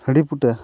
ᱦᱟᱺᱰᱤ ᱯᱩᱴᱟᱹ